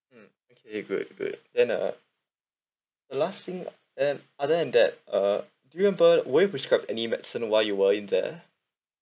mm okay good good then uh the last thing than other than that uh do you remember were you prescribed any medicines while you were in there